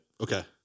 Okay